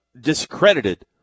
discredited